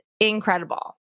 incredible